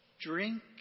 Drink